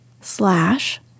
slash